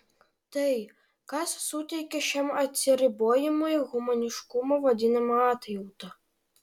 tai kas suteikia šiam atsiribojimui humaniškumo vadinama atjauta